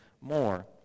more